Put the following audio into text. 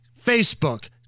facebook